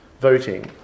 voting